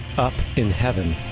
up in heaven,